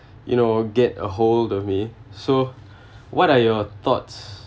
you know get a hold of me so what are your thoughts